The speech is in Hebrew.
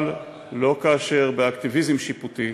אבל לא כאשר באקטיביזם שיפוטי,